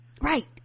right